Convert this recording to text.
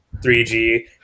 3G